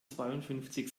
zweiundfünfzig